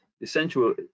essential